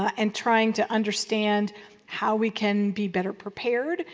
and trying to understand how we can be better prepared,